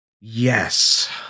Yes